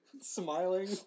smiling